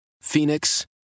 Phoenix